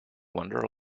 wonder